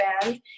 band